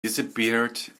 disappeared